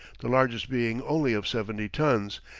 the largest being only of seventy tons,